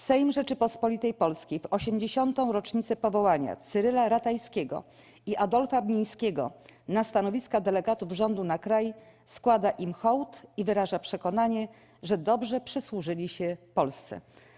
Sejm Rzeczypospolitej Polskiej w 80. rocznicę powołania Cyryla Ratajskiego i Adolfa Bnińskiego na stanowiska delegatów rządu na kraj składa im hołd i wyraża przekonanie, że dobrze przysłużyli się Polsce.